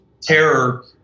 Terror